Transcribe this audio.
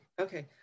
okay